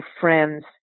friends